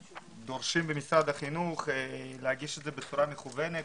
במשרד החינוך דורשים מכל עולה חדש להגיש בצורה מקוונת,